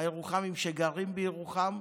הירוחמים שגרים בירוחם,